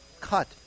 cut